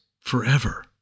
forever